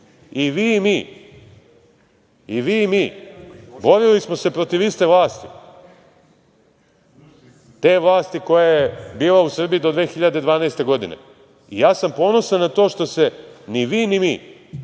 režima, i vi i mi. Borili smo se protiv iste vlasti, te vlasti koja je bila u Srbiji do 2012. godine. Ja sam ponosan na to što se ni vi ni mi,